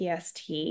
PST